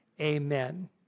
Amen